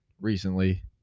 recently